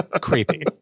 creepy